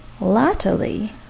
Latterly